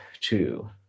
Two